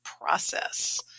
process